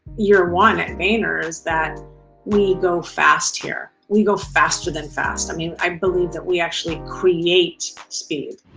year one at vayner is that we go fast here. we go faster than fast. i mean, i believe that we actually create speed.